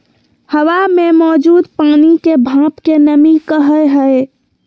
हवा मे मौजूद पानी के भाप के नमी कहय हय